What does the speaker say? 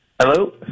Hello